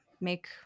make